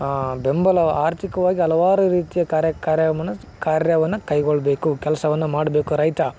ಬೆಂಬಲ ಆರ್ಥಿಕವಾಗಿ ಹಲವಾರು ರೀತಿಯ ಕಾರ್ಯ ಕಾರ್ಯವನ ಕಾರ್ಯವನ್ನು ಕೈಗೊಳ್ಳಬೇಕು ಕೆಲಸವನ್ನ ಮಾಡಬೇಕು ರೈತ